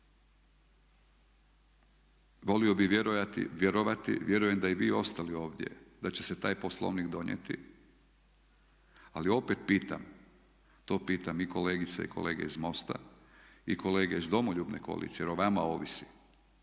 Volio bi vjerovati, vjerujem da i vi ostali ovdje da će se taj Poslovnik donijeti ali opet pitam, to pitam i kolegice i kolege iz MOST-a i kolege iz Domoljubne koalicije jer o vama ovisi